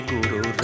Guru